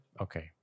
okay